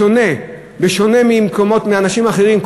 בשונה מאנשים אחרים,